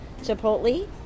chipotle